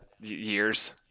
years